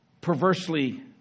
perversely